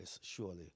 surely